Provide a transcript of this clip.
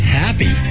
happy